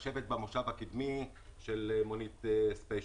לשבת במושב הקדמי של מונית ספיישל,